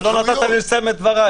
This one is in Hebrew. לא נתת לי לסיים את דבריי.